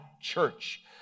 church